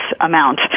amount